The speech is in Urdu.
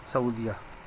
سعودیہ